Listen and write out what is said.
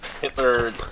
Hitler